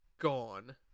gone